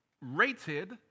rated